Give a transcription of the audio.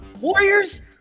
Warriors